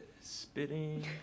spitting